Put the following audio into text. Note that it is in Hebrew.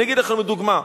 אני אגיד לכם לדוגמה,